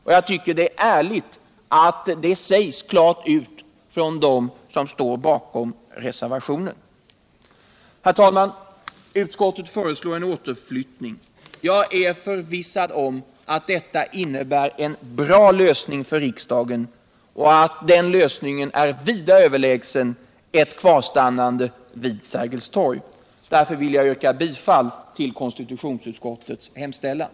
Och jag tycker det är ärligt att det sägs klart ut från dem som står bakom reservationen. Herr talman! Utskottet föreslår en återflyttning. Jag är förvissad om att detta innebär en bra lösning för riksdagen och att den lösningen är vida överlägsen ett kvarstannande vid Sergels torg. Därför vill jag yrka bifall till konstitutionsutskottets hemställan.